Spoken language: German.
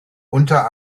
unter